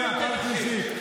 פעם שנייה, פעם שלישית.